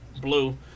blue